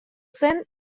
zen